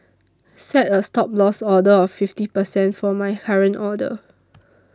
set a Stop Loss order of fifty percent for my current order